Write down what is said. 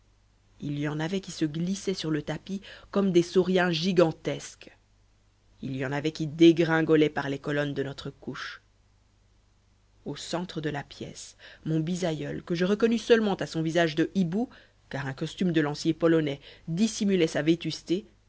il y en avait qui se glissaient sur le tapis comme des sauriens gigantesques il y en avait qui dégringolaient par les colonnes de notre couche au centre de la pièce mon bisaïeul que je reconnus seulement à son visage de hibou car un costume de lancier polonais dissimulait sa vétusté